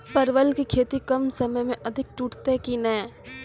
परवल की खेती कम समय मे अधिक टूटते की ने?